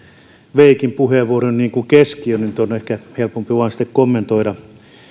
veikin puheenvuoron keskiöön nyt on ehkä helpompi vain kommentoida